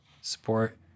support